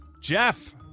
Jeff